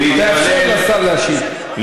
תאפשר לשר להשיב.